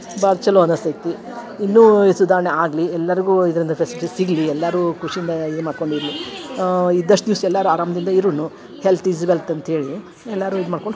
ಭಾಳ್ ಚಲೋ ಅನಿಸ್ತೈತಿ ಇನ್ನು ಸುಧಾರಣೆ ಆಗಲಿ ಎಲ್ಲರಿಗೂ ಇದರಿಂದ ಫೆಸಿಲಿಟೀಸ್ ಸಿಗಲಿ ಎಲ್ಲರು ಖುಷಿಯಿಂದ ಇದು ಮಾಡ್ಕೊಂಡು ಇರಲಿ ಇದ್ದಷ್ಟು ದಿವಸ ಎಲ್ಲರು ಆರಾಮ್ದಿಂದ ಇರಣು ಹೆಲ್ತ್ ಇಸ್ ವೆಲ್ತ್ ಅಂತ ಹೇಳಿ ಎಲ್ಲರೂ ಇದು ಮಾಡ್ಕೊಂಡು